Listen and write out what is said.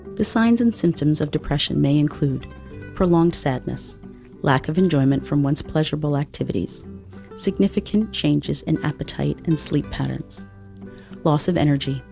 the signs and symptoms of depression may include prolonged sadness lack of enjoyment from once-pleasurable activities significant changes in appetite and sleep patterns loss of energy,